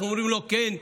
אנחנו אומרים לו: כן,